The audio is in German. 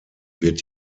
wird